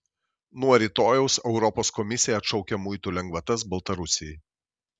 nuo rytojaus europos komisija atšaukia muitų lengvatas baltarusijai